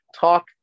talk